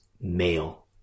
male